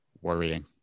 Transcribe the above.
Worrying